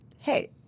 Hey